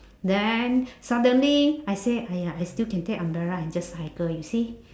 then suddenly I say !aiya! I still can take umbrella and just cycle you see